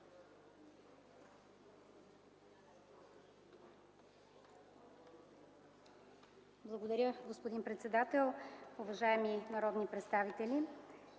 Благодаря, господин председател. Уважаеми народни представители!